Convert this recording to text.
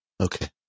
Okay